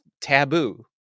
taboo